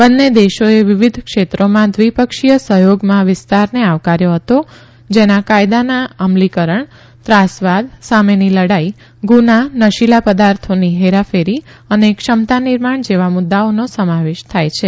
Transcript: બંને દેશોઅખે વિવિધ ક્ષેત્રોમાં દ્વિપક્ષીય સહયોગમાં વીસ્તારને આવકાર્યો હતો જેના કાયદાના અમલીકરણ ત્રાસવાદ સામેની લડાઇ ગુના નશીલા પદાર્થોની હેરાફેરી અને ક્ષમતા નિર્માણ જેવા મુદ્દાઓનો સમાવેશ થાય છે